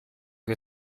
wir